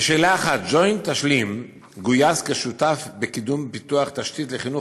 לשאלה 1: ג'וינט אשלים גויס כשותף בקידום פיתוח תשתית לחינוך